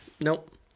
Nope